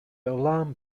alarm